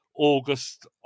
August